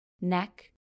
neck